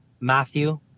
Matthew